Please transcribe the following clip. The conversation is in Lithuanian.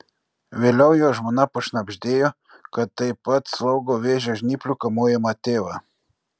vėliau jo žmona pašnabždėjo kad taip pat slaugo vėžio žnyplių kamuojamą tėvą